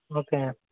okay